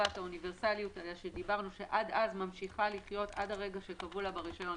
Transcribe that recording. חובת האוניברסליות ממשיכה להיות עד לרגע שכתבו לה ברישיון.